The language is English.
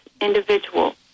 individual